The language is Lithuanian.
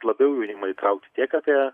labiau įtraukti tiek apie